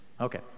Okay